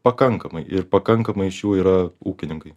pakankamai ir pakankamai iš jų yra ūkininkai